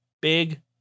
big